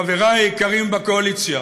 חברי היקרים בקואליציה,